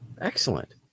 Excellent